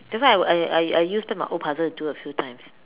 that's why I I I use back my old puzzle to do a few times